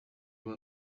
rwa